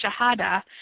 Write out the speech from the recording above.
Shahada